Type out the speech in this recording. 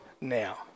now